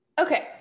okay